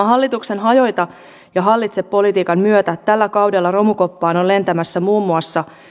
hallituksen hajota ja hallitse politiikan myötä tällä kaudella romukoppaan on lentämässä muun muassa